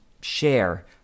share